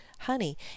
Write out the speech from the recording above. honey